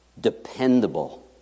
dependable